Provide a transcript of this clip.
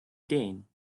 ten